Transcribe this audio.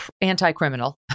anti-criminal